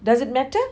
does it matter